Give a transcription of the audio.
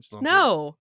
No